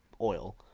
oil